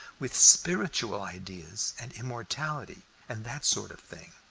with spiritual ideas and immortality, and that sort of thing.